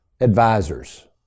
advisors